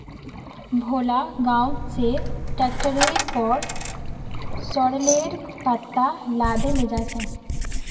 भोला गांव स ट्रैक्टरेर पर सॉरेलेर पत्ता लादे लेजा छ